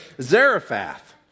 Zarephath